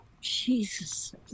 Jesus